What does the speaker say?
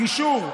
גישור,